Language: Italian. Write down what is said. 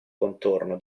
contorno